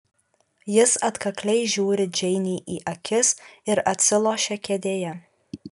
jis atkakliai žiūri džeinei į akis ir atsilošia kėdėje